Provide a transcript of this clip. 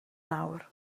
nawr